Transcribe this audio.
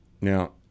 Now